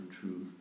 truth